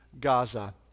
Gaza